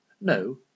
no